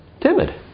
timid